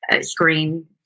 screen